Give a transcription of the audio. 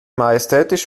majestätisch